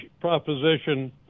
proposition